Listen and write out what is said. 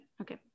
okay